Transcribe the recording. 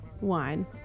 wine